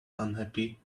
unhappy